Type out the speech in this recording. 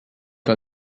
que